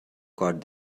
got